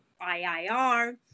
IIR